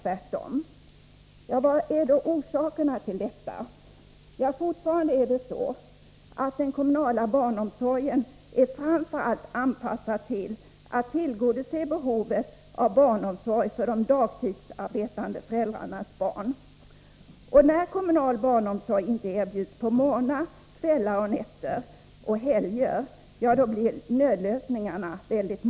Vad är då orsaken till detta? Fortfarande är den kommunala barnomsorgen anpassad så att den framför allt tillgodoser behovet av barnomsorg för de dagtidsarbetande föräldrarnas barn. Och när kommunal barnomsorg inte erbjuds på morgnar, kvällar, nätter och helger blir nödlösningarna många.